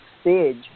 stage